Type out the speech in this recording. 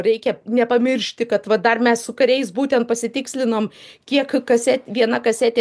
reikia nepamiršti kad va dar mes su kariais būtent pasitikslinom kiek kase viena kasetė